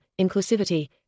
inclusivity